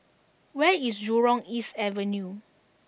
where is Jurong East Avenue